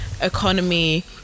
economy